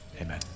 amen